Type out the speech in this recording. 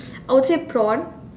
I would say prawn